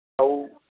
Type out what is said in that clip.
ହଉ